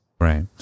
Right